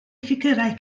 ffigyrau